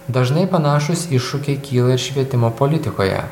dažnai panašūs iššūkiai kyla ir švietimo politikoje